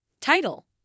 Title